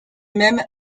même